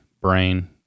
brain